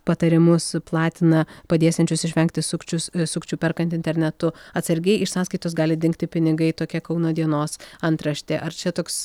patarimus platina padėsiančius išvengti sukčius sukčių perkant internetu atsargiai iš sąskaitos gali dingti pinigai tokia kauno dienos antraštė ar čia toks